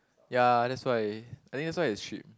ya that's why I think that's why it's cheap